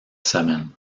semaine